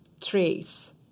trace